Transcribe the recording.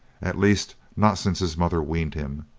at least not since his mother weaned him